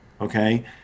okay